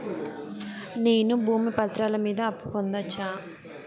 నేను భూమి పత్రాల మీద అప్పు పొందొచ్చా?